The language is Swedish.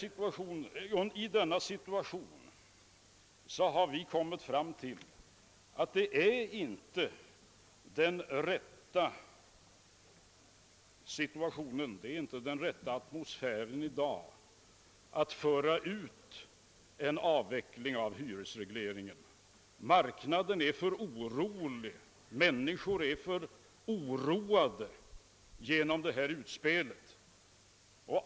I den situation som sålunda uppkommit har vi uppfattat saken så, att vi nu inte har den rätta atmosfären för att genomföra ett förslag om en avveckling av hyresregleringen. Marknaden är för orolig och människorna är för oroade på grund av det utspel mittenpartierna gjort.